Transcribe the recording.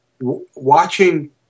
watching